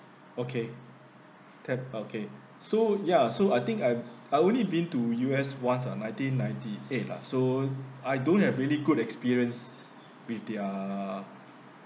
okay ta~ okay so ya so I think I I've only been to U_S once uh nineteen ninety eight lah so I don't have really good experience be it their